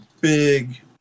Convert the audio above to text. big